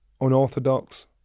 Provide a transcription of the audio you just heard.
unorthodox